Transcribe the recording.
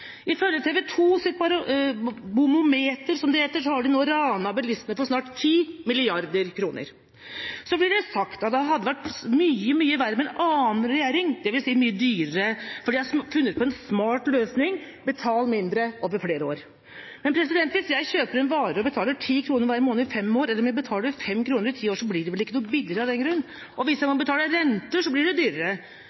Ifølge TV 2s bomometer, som det heter, har de snart ranet bilistene for 10 mrd. kr. Så blir det sagt at det hadde vært mye verre med en annen regjering, dvs. mye dyrere, for de har funnet på en smart løsning: betal mindre, over flere år. Men hvis jeg kjøper en vare og betaler ti kroner hver måned i fem år, eller om jeg betaler fem kroner i ti år, så blir det vel ikke noe billigere av den grunn? Og hvis jeg